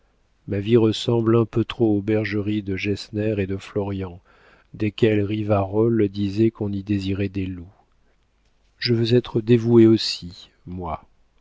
ma vie ressemble un peu trop aux bergeries de gessner et de florian desquelles rivarol disait qu'on y désirait des loups je veux être dévouée aussi moi